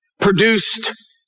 produced